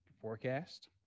forecast